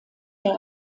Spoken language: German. der